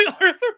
Arthur